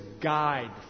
guide